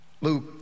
Luke